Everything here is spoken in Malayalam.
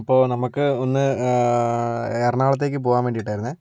അപ്പോൾ നമ്മൾക്ക് ഒന്ന് എറണാകുളത്തേക്ക് പോകുവാൻ വേണ്ടിയിട്ടായിരുന്നു